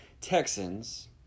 Texans